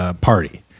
Party